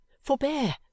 forbear